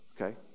okay